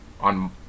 on